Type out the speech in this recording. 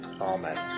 amen